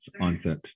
onset